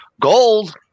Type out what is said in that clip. Gold